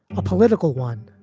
a political one,